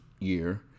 year